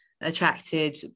attracted